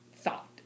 thought